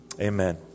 Amen